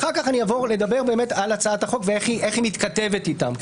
אחר כך אני אעבור לדבר על הצעת החוק ואיך היא מתכתבת איתם.